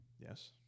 Yes